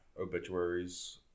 obituaries